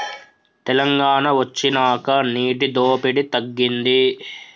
తెలంగాణ వొచ్చినాక నీటి దోపిడి తగ్గింది